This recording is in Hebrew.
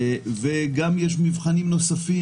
לצידה יש מבחנים נוספים,